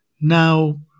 now